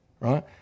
Right